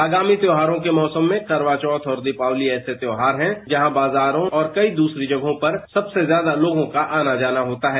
आगामी त्योहारों के मौसम में करवाचौथ और दीपावली ऐसे त्यौहार हैं जहां बाजारों और कई दूसरी जगहों पर सबसे ज्यादा लोगों का आना जाना होता है